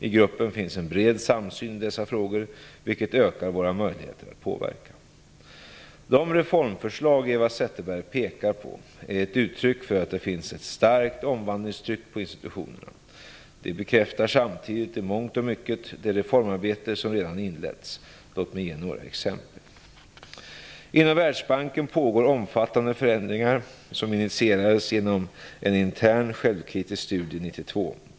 I gruppen finns en bred samsyn i dessa frågor, vilket ökar våra möjligheter att påverka. De reformförslag Eva Zetterberg pekar på är ett uttryck för att det finns ett starkt omvandlingstryck på institutionerna. De bekräftar samtidigt i mångt och mycket det reformarbete som redan inletts. Låt mig ge några exempel. Inom Världsbanken pågår omfattande förändringar som initierades genom en intern, självkritisk studie 1992.